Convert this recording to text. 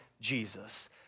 Jesus